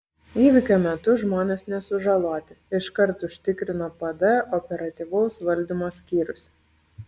įvykio metu žmonės nesužaloti iškart užtikrino pd operatyvaus valdymo skyrius